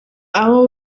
abo